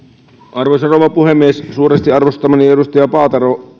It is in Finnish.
arvoisa rouva puhemies suuresti arvostamani edustaja paatero